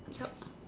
yup